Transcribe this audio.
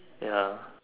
ya